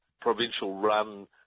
provincial-run